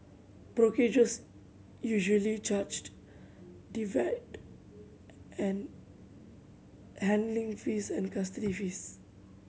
brokerages usually charged divide and handling fees and custody fees